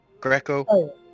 Greco